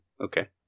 Okay